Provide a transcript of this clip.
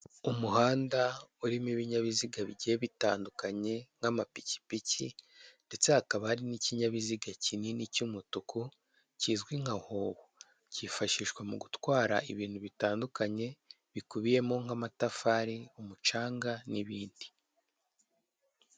Umuhanda urimo ibinyabiziga bigiye bitandukanye nk'amapikipiki ndetse hakaba hari n'ikinyabiziga kinini cy'umutuku kizwi nka howo kifashishwa mu gutwara ibintu bitandukanye bikubiyemo nk'amatafari umucanga n'ibindi.